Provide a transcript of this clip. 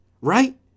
right